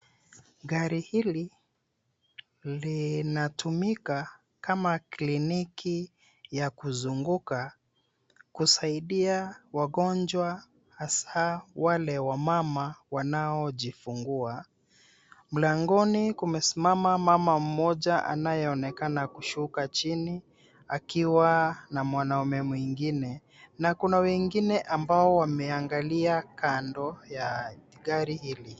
Gari hili linatumika kama kliniki ya kuzunguka kusaidia wagonjwa, hasa wale wamama wanaojifungua. Mlangoni, kumesimama mama mmoja anayeonekana kushuka chini akiwa na mwanaume mwingine. Na kuna wengine ambao wameangalia kando ya gari hili.